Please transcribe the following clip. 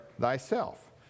thyself